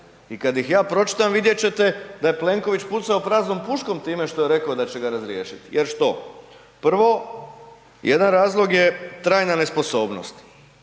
i kada ih ja pročitam vidjet ćete da je Plenković pucao praznom puškom time što je rekao da će ga razriješit. Jer što? Prvo, jedan razlog je trajna nesposobnost,